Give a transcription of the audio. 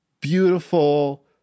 beautiful